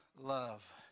love